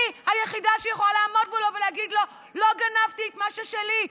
אני היחידה שיכולה לעמוד מולו ולהגיד לו: לא גנבתי את מה ששלי.